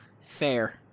Fair